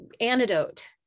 antidote